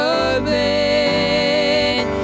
open